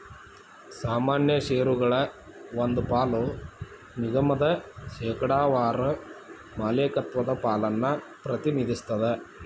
ಸಾಮಾನ್ಯ ಷೇರಗಳ ಒಂದ್ ಪಾಲ ನಿಗಮದ ಶೇಕಡಾವಾರ ಮಾಲೇಕತ್ವದ ಪಾಲನ್ನ ಪ್ರತಿನಿಧಿಸ್ತದ